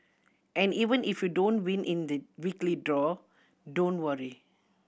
and even if you don't win in the weekly draw don't worry